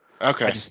Okay